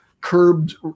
curbed